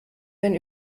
wenn